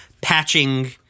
patching